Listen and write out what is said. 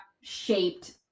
shaped